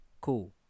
cool